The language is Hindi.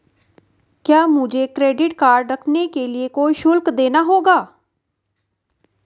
क्या मुझे क्रेडिट कार्ड रखने के लिए कोई शुल्क देना होगा?